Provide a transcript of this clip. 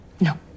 no